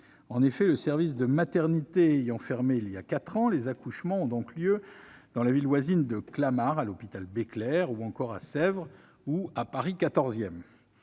En effet, le service de maternité ayant fermé il y a quatre ans, les accouchements ont donc lieu dans la ville voisine de Clamart, à l'hôpital Béclère, ou à Sèvres ou encore